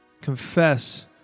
Confess